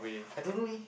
I don't know eh